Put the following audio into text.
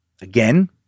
Again